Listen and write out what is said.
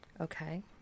Okay